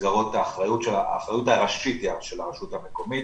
האחריות הראשית היא של הרשות המקומית,